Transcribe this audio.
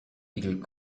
igel